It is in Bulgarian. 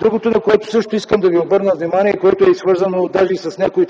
Другото, на което също искам да Ви обърна внимание, което е свързано даже и с някои